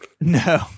no